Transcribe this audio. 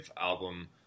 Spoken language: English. album